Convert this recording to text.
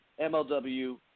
MLW